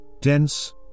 dense